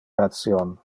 ration